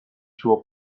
through